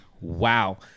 Wow